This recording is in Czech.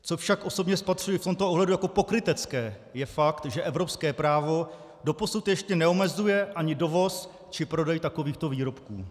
Co však osobně spatřuji v tomto ohledu jako pokrytecké, je fakt, že evropské právo doposud ještě neomezuje ani dovoz či prodej takovýchto výrobků.